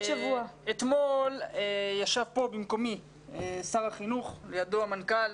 אתמול ישב פה במקומי שר החינוך, לידו המנכ"ל,